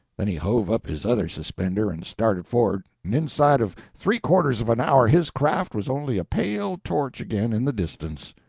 then he hove up his other suspender and started for'ard, and inside of three-quarters of an hour his craft was only a pale torch again in the distance.